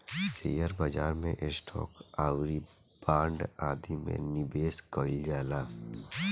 share बाजार में stock आउरी बांड आदि में निबेश कईल जाला